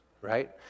Right